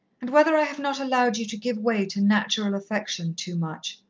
and whether i have not allowed you to give way to natural affection too much.